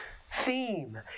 theme